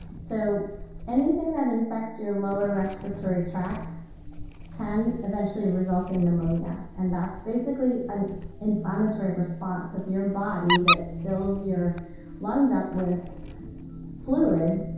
so anything that infects your lower respiratory tract can eventually result in pneumonia. and that's basically an inflammatory response of your body that fills your lungs up with fluid,